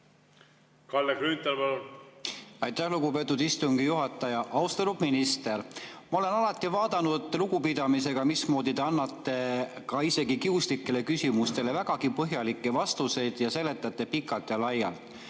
Kalle Grünthal, palun! Aitäh, lugupeetud istungi juhataja! Austatud minister! Ma olen alati vaadanud lugupidamisega, mismoodi te annate isegi kiuslikele küsimustele vägagi põhjalikke vastuseid, seletate pikalt ja laialt.